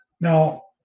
Now